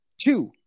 Two